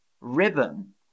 ribbon